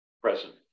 present